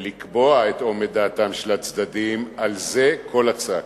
ולקבוע את אומד דעתם של הצדדים, על זה כל הצעקה,